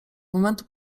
momentu